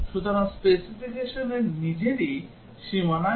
সুতরাং স্পেসিফিকেশনের নিজেরই সীমানায় সমস্যা আছে